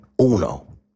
uno